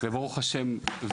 וברוך השם,